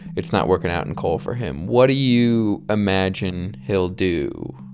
it's not working out in coal for him, what do you imagine he'll do?